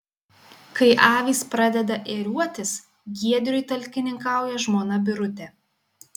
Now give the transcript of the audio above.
kai avys pradeda ėriuotis giedriui talkininkauja žmona birutė